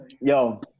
Yo